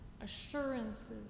assurances